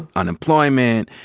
unemployment,